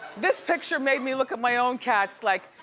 this picture made me look at my own cats, like,